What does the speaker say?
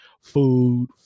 food